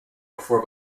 before